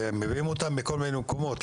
שמביאים אותם מכל מיני מקומות.